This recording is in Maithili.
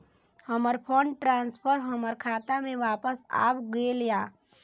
हमर फंड ट्रांसफर हमर खाता में वापस आब गेल या